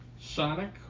Sonic